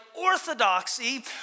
orthodoxy